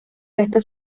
resto